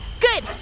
Good